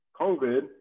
COVID